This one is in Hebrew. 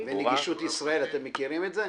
נגישות ישראל, אתם מכירים את זה?